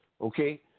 Okay